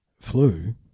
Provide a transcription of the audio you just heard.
flu